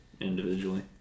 individually